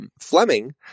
Fleming